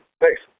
Thanks